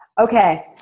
Okay